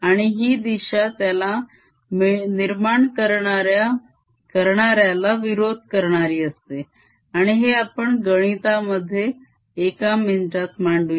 आणि ही दिशा त्याला निर्माण करणाऱ्याला विरोध करणारी असते आणि हे आपण गणितामध्ये एका मिनिटात मांडूया